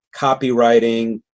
copywriting